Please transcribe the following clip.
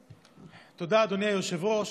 יריות,